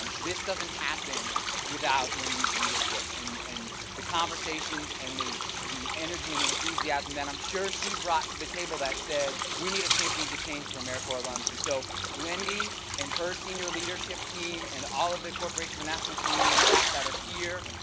um this doesn't happen without wendy's leadership and and the conversations and the the energy and enthusiasm that i'm sure she brought to the table that said we need a champions of change for americorps alums. and so wendy and her senior leadership team and all of the corporation for national and community staff that are here,